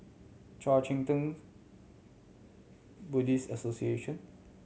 Kuang Chee Tng's Buddhist Association